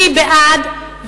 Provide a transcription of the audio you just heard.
אני בעד.